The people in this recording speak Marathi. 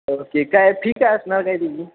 ओके काय फी काय असणार काय त्याची